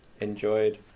enjoyed